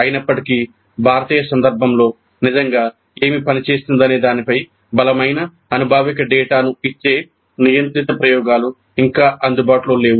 అయినప్పటికీ భారతీయ సందర్భంలో నిజంగా ఏమి పనిచేస్తుందనే దానిపై బలమైన అనుభావిక డేటాను ఇచ్చే నియంత్రిత ప్రయోగాలు ఇంకా అందుబాటులో లేవు